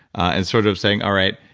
and sort of saying all right,